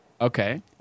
Okay